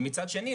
ומצד שני,